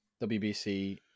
WBC